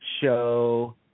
show